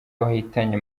wahitanye